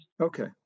Okay